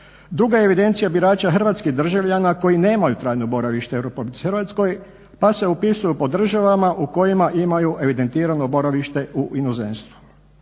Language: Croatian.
druga je evidencija birača hrvatskih državljana koji nemaju trajno boravište u RH pa se upisuju po državama u kojima imaju evidentirano boravište u inozemstvu.